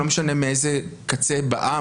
לא משנה מאיזה קצה באה,